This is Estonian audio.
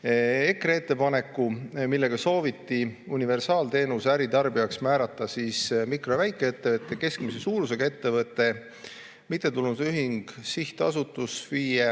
EKRE ettepaneku, millega sooviti universaalteenuse äritarbijaks määrata mikro- ja väikeettevõte, keskmise suurusega ettevõte, mittetulundusühing, sihtasutus, FIE,